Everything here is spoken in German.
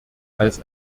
als